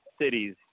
cities